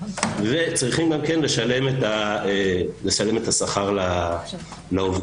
וצריכים גם כן לשלם את השכר לעובדים.